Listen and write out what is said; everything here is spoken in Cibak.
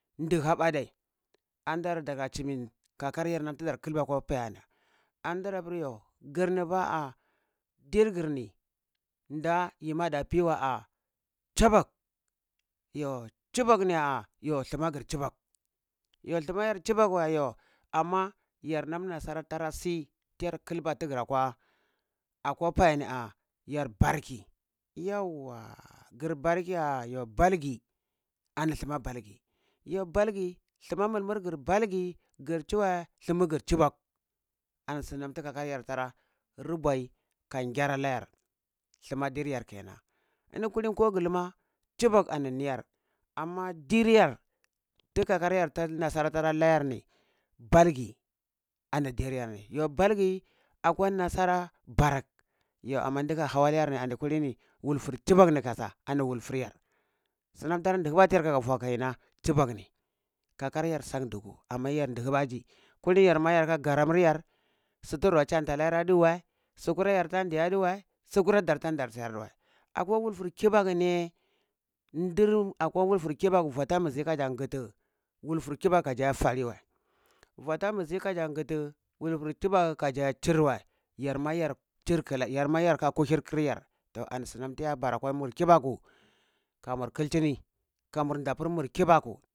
Du haɓa dai, andar daga chimin kakayar nani tiza kuɓa nam kwa payar ni, andiza pur yoh girni ba a ndir girni nda yima da pi wei ah chibok yo chibok ni ya thima gir chibok yo thima yar chibok wa yo amma yar nam naasara tara si tiyar kilba tigir akwa akwa payani ah yar barki gir barki ya yo bargi ani thuma balgi yo balgi thuma mulmul gir balgi gir chuwa thuma gir cibok ani sunam ti kakayar tara roɓoi kan gyarakyar thuma diryar kenan in kulini ko gi luma chibok ani niyar ama diryar ti kakarya ti naasara tara layar ni balgi ani yarni yo balgi akwa naasara barak yo ani dika hau layar ni ani kulini wultul chibok ni kasa ani wulfur yar sunam tara digiba tiyar kaka vua kainan chibok ni kakaryar san duku, amma yar digibaji kulinima yarma yarka garamur yar su rora shanta layar adiwa, su kura yartan di adiwa, sukura dar tandi adiwa. Akwa wulfur kabaku ni ye ndir akwa wulfur kibaku vua tan ɓuzi kaza ngitu wulfur kibaku adi iya fali wei, vua tan ɓuzi kaja gitu wulfur kibaku kazi iya chir wei, yarma yar chir klai yarma yarka kuhir yar toh ani sunam tiya bara kwa mur kibaku kamur kikhini kamur nda pur mur kibaku.